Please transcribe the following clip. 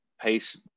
Pace